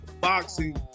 boxing